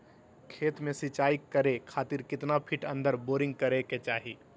खेत में सिंचाई करे खातिर कितना फिट अंदर बोरिंग करे के चाही?